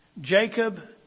Jacob